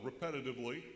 repetitively